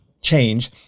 Change